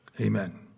Amen